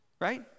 Right